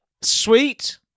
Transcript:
Sweet